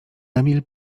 emil